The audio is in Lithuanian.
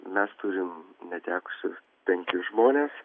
mes turim netekusių penkis žmones